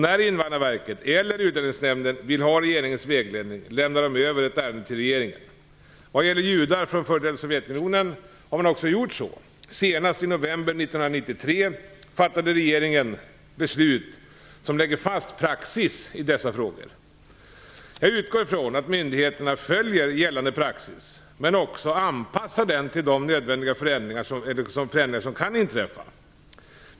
När Invandrarverket eller Utlänningsnämnden vill ha regeringens vägledning lämnar de över ett ärende till regeringen. Vad gäller judar från f.d. Sovjetunionen har man också gjort så. Senast i november 1993 fattade regeringen beslut som lägger fast praxis i dessa frågor. Jag utgår från att myndigheterna följer gällande praxis men också anpassar den till förändringar som kan inträffa.